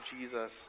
Jesus